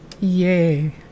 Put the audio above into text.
Yay